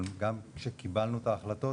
אבל גם כשקיבלנו את ההחלטות,